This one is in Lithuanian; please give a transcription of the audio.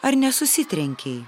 ar nesusitrenkei